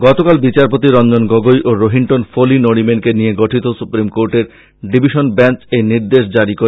গতকাল বিচারপতি রঞ্জন গগৈ ও রোহিন্টন ফলি নরিম্যানকে নিয়ে গঠিত সুপ্রীম কোর্টের ডিভিশন বেঞ্চ এই নির্দেশ জারী করে